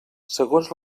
segons